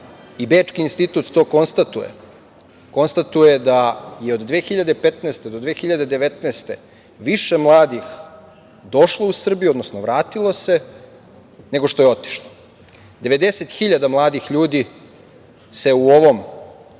i Bečki institut to konstatuje. Konstatuje da je od 2015. do 2019. godine više mladih došlo u Srbiju, odnosno vratilo se, nego što je otišlo. Devedeset hiljada mladih ljudi se u ovom